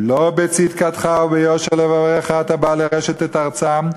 לא בצדקתך וביֹשר לבבך אתה בא לרשת את ארצם,